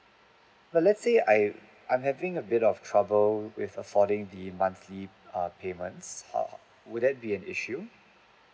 let's say I I'm having a bit of trouble with affording the monthly err payments err would that be an issue